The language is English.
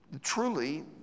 truly